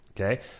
okay